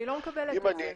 אם אני